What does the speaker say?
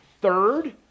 third